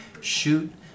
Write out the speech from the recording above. shoot